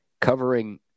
covering –